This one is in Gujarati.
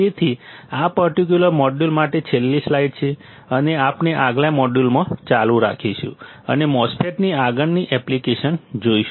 તેથી આ પર્ટિક્યુલર મોડ્યુલ માટે આ છેલ્લી સ્લાઇડ છે અને આપણે આગલા મોડ્યુલમાં ચાલુ રાખીશું અને MOSFET ની આગળની એપ્લિકેશન જોઈશું